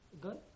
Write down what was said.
Good